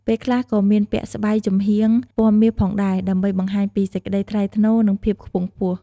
ពេលខ្លះក៏មានពាក់ស្បៃចំហៀងពណ៌មាសផងដែរ ដើម្បីបង្ហាញពីសេចក្ដីថ្លៃថ្នូរ និង ភាពខ្ពង់ខ្ពស់។